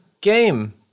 game